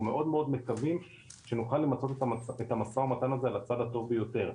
מאוד מאוד מקווים שנוכל למצות את המשא ומתן הזה על הצד הטוב ביותר.